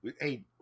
Hey